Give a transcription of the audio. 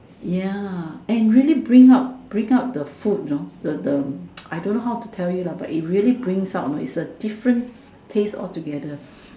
yeah and really bring out bring out the food you know the the I don't know how to tell you lah but it really brings out you know it's a different taste all together